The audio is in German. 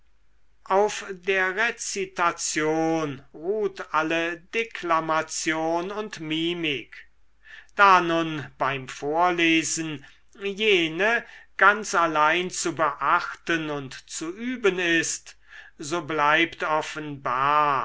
auf der rezitation ruht alle deklamation und mimik da nun beim vorlesen jene ganz allein zu beachten und zu üben ist so bleibt offenbar